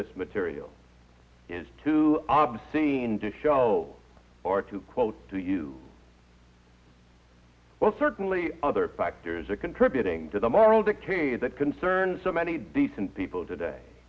this material is too obscene to show or to quote to you well certainly other factors are contributing to the moral decay that concerns so many decent people today